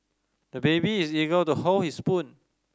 the baby is eager to hold his spoon